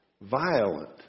violent